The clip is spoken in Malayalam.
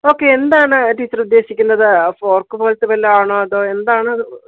ഓക്കെ എന്താണ് ടീച്ചർ ഉദ്ദേശിക്കുന്നത് ഫ്രോക്ക് പോലത്തെ വല്ലതും ആണോ അതോ എന്താണ്